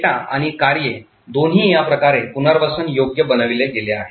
data आणि कार्ये दोन्ही या प्रकारे पुनर्वसनयोग्य बनविले गेले आहेत